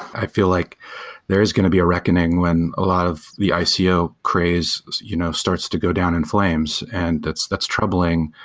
i feel like there is going to be a reckoning when a lot of the so ico craze you know starts to go down in flames, and that's that's troubling.